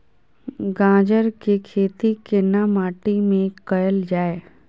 गाजर के खेती केना माटी में कैल जाए?